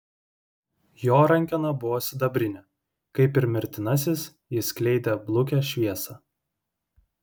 jo rankena buvo sidabrinė kaip ir mirtinasis jis skleidė blukią šviesą